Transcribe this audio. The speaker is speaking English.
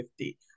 50